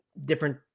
different